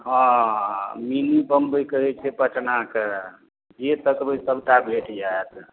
हँ मिनी बम्बइ कहै छै पटना कऽ जे तकबै सबटा भेट जाएत